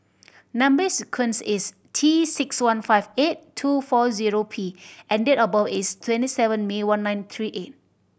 number sequence is T six one five eight two four zero P and date of birth is twenty seven May one nine three eight